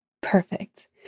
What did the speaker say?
Perfect